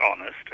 honest